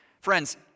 Friends